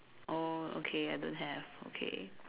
oh okay I don't have okay